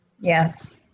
Yes